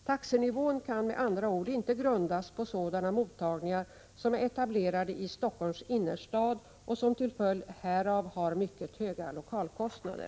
Taxenivån kan med andra ord inte grundas på sådana mottagningar som är etablerade i Stockholms innerstad och som till följd härav har mycket höga lokalkostnader.